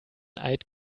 eid